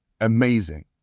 Amazing